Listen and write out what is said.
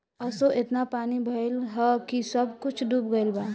असो एतना पानी भइल हअ की सब कुछ डूब गईल बा